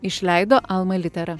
išleido alma litera